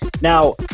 Now